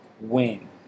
Win